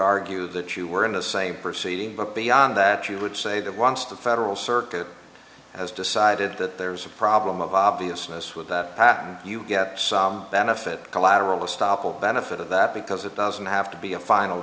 argue that you were in the same proceeding but beyond that you would say that once the federal circuit has decided that there is a problem of obviousness with that you get some benefit collateral estoppel benefit of that because it doesn't have to be a final